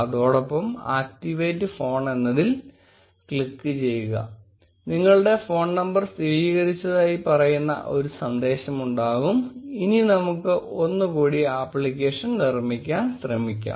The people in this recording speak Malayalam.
അതോടൊപ്പം ആക്ടിവേറ്റ് ഫോൺ എന്നതിൽ ക്ലിക്ക് ചെയ്യുക നിങ്ങളുടെ ഫോൺ നമ്പർ സ്ഥിരീകരിച്ചതായി പറയുന്ന ഒരു സന്ദേശം ഉണ്ടാകും ഇനി നമുക്ക് ഒന്നുകൂടി അപ്ലിക്കേഷൻ നിർമിക്കാൻ ശ്രമിക്കാം